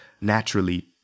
naturally